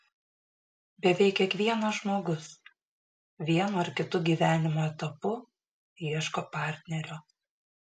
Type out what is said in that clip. beveik kiekvienas žmogus vienu ar kitu gyvenimo etapu ieško partnerio